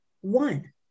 One